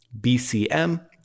bcm